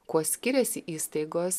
kuo skiriasi įstaigos